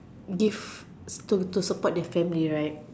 give to to support their family right